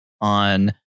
on